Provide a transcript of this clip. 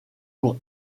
pour